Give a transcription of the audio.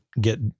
get